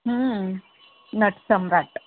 Natsamrat